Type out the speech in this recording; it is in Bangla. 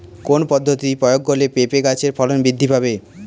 কোন পদ্ধতি প্রয়োগ করলে পেঁপে গাছের ফলন বৃদ্ধি পাবে?